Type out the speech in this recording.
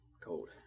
cold